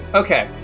okay